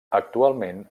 actualment